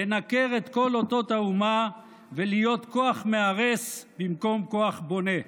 לנכר את כל אומות האומה ולהיות כוח מהרס במקום כוח בונה.